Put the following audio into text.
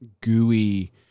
gooey